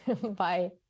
Bye